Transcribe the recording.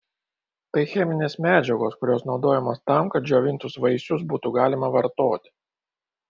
tai cheminės medžiagos kurios naudojamos tam kad džiovintus vaisius būtų galima vartoti